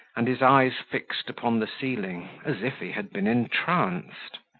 and his eyes fixed upon the ceiling, as if he had been entranced.